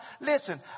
listen